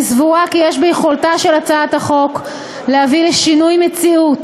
אני סבורה כי יש ביכולתה של הצעת החוק להביא לשינוי מציאות